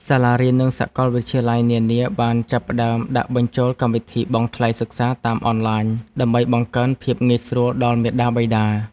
សាលារៀន និងសកលវិទ្យាល័យនានាបានចាប់ផ្តើមដាក់បញ្ចូលកម្មវិធីបង់ថ្លៃសិក្សាតាមអនឡាញដើម្បីបង្កើនភាពងាយស្រួលដល់មាតាបិតា។